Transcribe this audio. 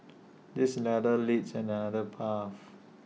this ladder leads an another path